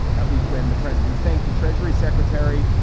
at least when the president thanked the treasury secretary.